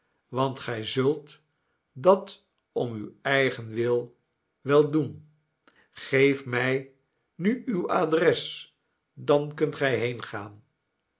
want gij zult dat om uw eigen wil wel doen geeft mij nu uw adres dan kunt gij